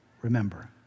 Remember